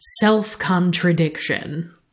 self-contradiction